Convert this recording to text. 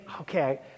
okay